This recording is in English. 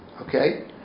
okay